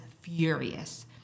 furious